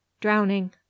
drowning